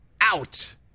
out